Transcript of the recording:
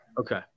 Okay